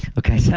okay, so